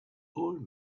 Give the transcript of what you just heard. old